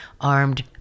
armed